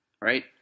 Right